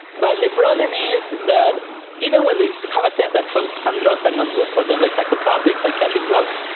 but the problem is that even when they have a sense that some some drugs are not good for them, like psychotropics, psychiatric drugs,